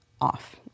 off